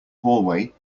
hallway